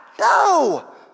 No